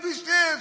כביש 6,